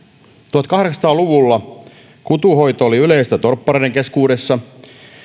tuhatkahdeksansataa luvulla kutunhoito oli yleistä torppareiden keskuudessa